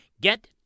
get